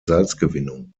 salzgewinnung